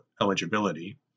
eligibility